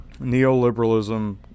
neoliberalism